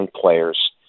players